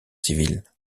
civile